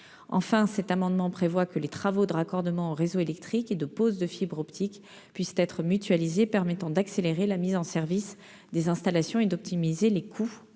Enfin, l'amendement a pour objet que les travaux de raccordement au réseau électrique et de pose de fibre optique puissent être mutualisés pour accélérer la mise en service des installations et optimiser les coûts